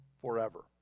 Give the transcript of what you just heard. forever